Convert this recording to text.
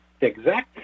exact